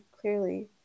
clearly